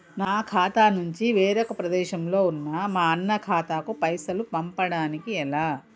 నా ఖాతా నుంచి వేరొక ప్రదేశంలో ఉన్న మా అన్న ఖాతాకు పైసలు పంపడానికి ఎలా?